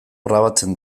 grabatzen